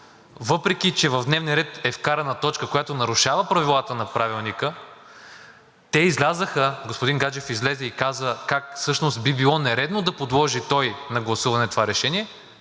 въпреки че в дневния ред е вкарана точка, която нарушава правилата на Правилника, те излязоха, господин Гаджев излезе и каза как всъщност би било нередно да подложи той на гласуване това решение,